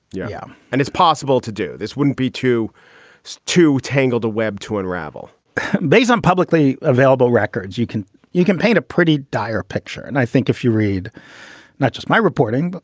yeah. yeah. and it's possible to do. this wouldn't be too it's too tangled a web to unravel based on publicly available records. you can you can paint a pretty dire picture. and i think if you read not just my reporting, but